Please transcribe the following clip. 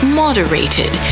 moderated